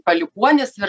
palikuonis ir